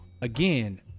Again